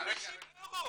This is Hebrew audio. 100 דולר,